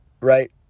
right